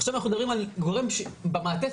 עכשיו אנחנו מדברים על גורם שנמצא במעטפת,